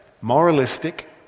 Moralistic